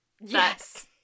Yes